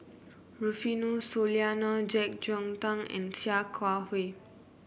Rufino Soliano JeK Yeun Thong and Sia Kah Hui